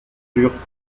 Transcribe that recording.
dure